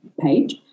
page